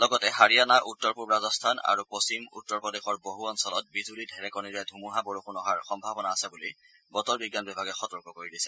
লগতে হাৰিয়ানা উত্তৰ পূব ৰাজস্থান আৰু পশ্চিম উত্তৰ প্ৰদেশৰ বহু অঞ্চলত বিজুলী ঢেৰেকনিৰে ধুমুহা বৰষুণ অহাৰ সম্ভাৱনা আছে বুলি বতৰ বিজ্ঞান বিভাগে সতৰ্ক কৰি দিছে